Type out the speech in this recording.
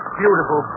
beautiful